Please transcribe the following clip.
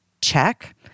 check